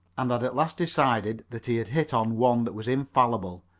and had at last decided that he had hit on one that was infallible.